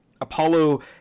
Apollo